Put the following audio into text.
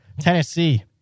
Tennessee